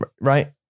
right